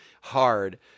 hard